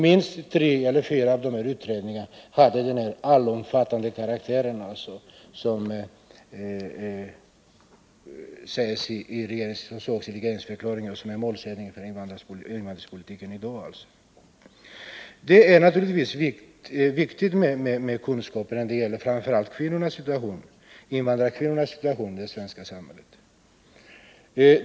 Minst tre eller fyra av dessa hade den allomfattande karaktär som i regeringsförklaringen omnämnes som en målsättning för invandrarpolitiken av i dag. Naturligtvis är det viktigt med kunskaper, framför allt när det gäller invandrarkvinnornas situation i det svenska samhället.